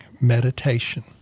meditation